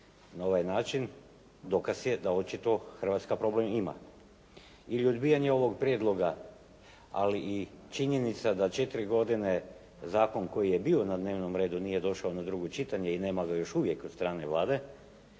na ovaj način dokaz je da očito Hrvatska problem ima. Ili odbijanje ovog prijedloga, ali i činjenica da 4 godine zakon koji je bio na dnevnom redu nije došao na drugo čitanje i nema ga još uvijek od strane Vlade